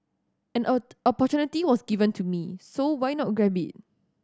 an a opportunity was given to me so why not grab it